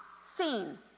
seen